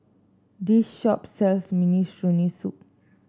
this shop sells Minestrone